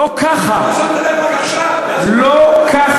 למה, לא שמתם לב רק עכשיו, לא ככה.